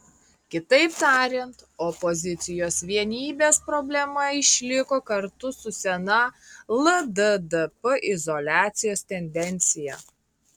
kitaip tariant opozicijos vienybės problema išliko kartu su sena lddp izoliacijos tendencija